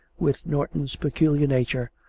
with norton's peculiar nature,